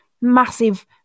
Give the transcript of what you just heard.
massive